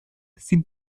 sind